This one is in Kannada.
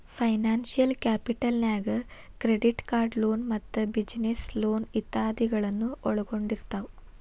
ಫೈನಾನ್ಸಿಯಲ್ ಕ್ಯಾಪಿಟಲ್ ನ್ಯಾಗ್ ಕ್ರೆಡಿಟ್ಕಾರ್ಡ್ ಲೊನ್ ಮತ್ತ ಬಿಜಿನೆಸ್ ಲೊನ್ ಇತಾದಿಗಳನ್ನ ಒಳ್ಗೊಂಡಿರ್ತಾವ